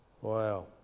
Wow